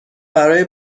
برای